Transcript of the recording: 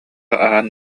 аһаан